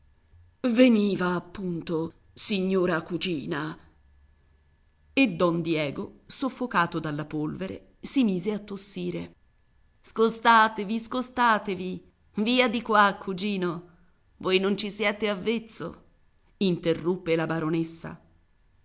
veniva appunto signora cugina e don diego soffocato dalla polvere si mise a tossire scostatevi scostatevi via di qua cugino voi non ci siete avvezzo interruppe la baronessa